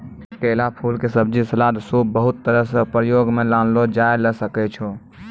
केला फूल के सब्जी, सलाद, सूप बहुत तरह सॅ प्रयोग मॅ लानलो जाय ल सकै छो